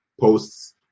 posts